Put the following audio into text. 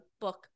book